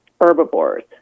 herbivores